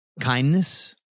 kindness